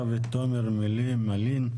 תומר מלין.